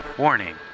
Warning